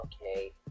okay